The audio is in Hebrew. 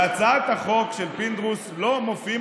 בהצעת החוק של פינדרוס לא מופיעים